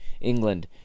England